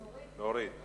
להוריד.